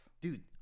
Dude